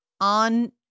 on